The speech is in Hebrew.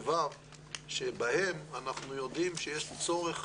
ו-ו' בהן אנחנו יודעים שיש צורך